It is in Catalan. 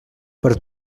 per